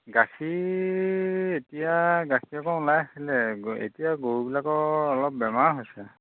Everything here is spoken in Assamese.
গাখীৰ এতিয়া গাখীৰ অকণ ওলাই আছিলে এতিয়া গৰুবিলাকৰ অলপ বেমাৰ হৈছে